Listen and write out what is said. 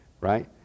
right